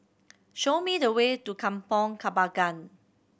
show me the way to Kampong Kembangan